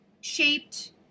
shaped